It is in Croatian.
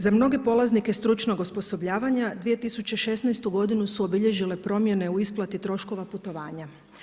Za mnoge polaznike stručnog osposobljavanja, 2016. godinu su obilježile promjene u isplati troškova putovanja.